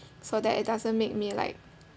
so that it doesn't make me like